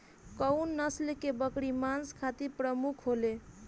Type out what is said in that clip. कउन नस्ल के बकरी मांस खातिर प्रमुख होले?